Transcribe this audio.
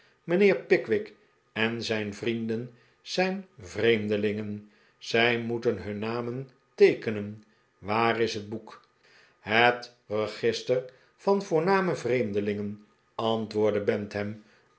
mijnheer pickwick en zijn vrienden zijn vreemdelingen zij moet en hun nam en teekenen waar is het boek het register van voorname vreemdelingen antwoordde bantam